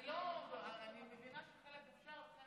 אני לא, אני מבינה שחלק אושר וחלק,